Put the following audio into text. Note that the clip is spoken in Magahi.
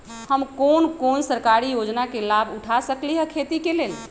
हम कोन कोन सरकारी योजना के लाभ उठा सकली ह खेती के लेल?